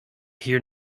hear